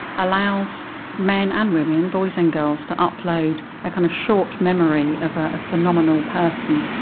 allows men and women, boys and girls, to upload a kind of short memory of a phenomenal person,